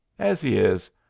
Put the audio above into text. as he is,